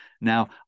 Now